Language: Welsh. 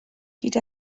hyd